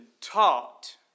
taught